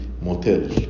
motel